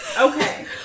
okay